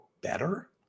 better